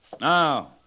Now